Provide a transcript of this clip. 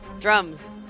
Drums